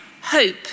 hope